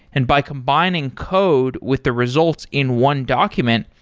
and by combining code with the results in one document,